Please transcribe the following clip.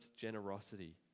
generosity